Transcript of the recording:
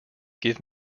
give